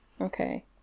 Okay